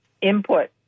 input